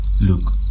Look